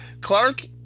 Clark